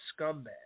scumbag